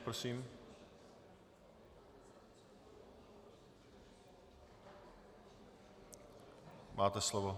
Prosím, máte slovo.